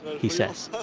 he says.